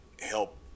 help